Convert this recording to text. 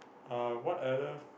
uh what other